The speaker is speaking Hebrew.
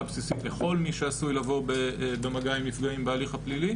בסיסית לכל מי שעשוי לבוא במגע עם נפגעים בהליך הפלילי